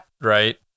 right